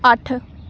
ਅੱਠ